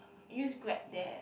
use Grab there